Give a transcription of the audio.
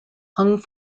hung